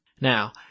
Now